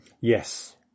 Yes